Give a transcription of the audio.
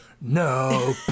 no